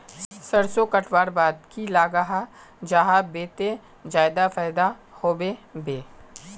सरसों कटवार बाद की लगा जाहा बे ते ज्यादा फायदा होबे बे?